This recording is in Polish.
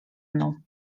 mną